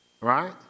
Right